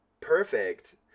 perfect